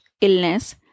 illness